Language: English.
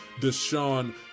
Deshaun